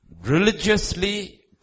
religiously